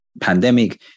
pandemic